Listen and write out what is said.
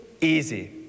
easy